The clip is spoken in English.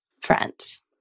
friends